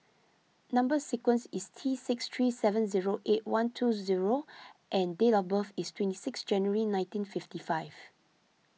Number Sequence is T six three seven zero eight one two zero and date of birth is twenty six January nineteen fifty five